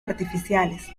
artificiales